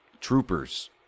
troopers